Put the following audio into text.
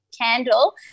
candle